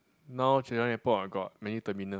now Changi airport got many terminal